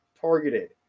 targeted